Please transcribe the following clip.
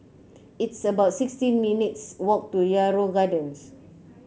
it's about sixty minutes' walk to Yarrow Gardens